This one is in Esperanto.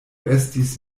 estis